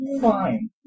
Fine